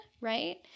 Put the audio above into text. right